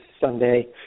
Sunday